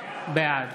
בעד